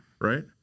right